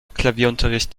klavierunterricht